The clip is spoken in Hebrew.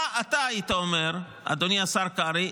מה אתה היית אומר, אדוני השר קרעי,